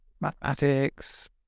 mathematics